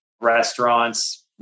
Restaurants